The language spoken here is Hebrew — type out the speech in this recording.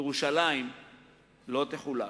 ירושלים לא תחולק.